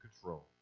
control